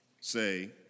say